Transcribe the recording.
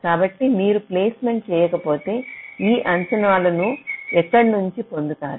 కాబట్టి మీరు ప్లేస్మెంట్ చేయకపోతే ఈ అంచనాలను ఎక్కడినుంచి పొందుతారు